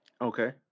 Okay